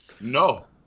No